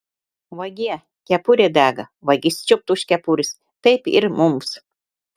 vagie kepurė dega vagis čiupt už kepurės taip ir mums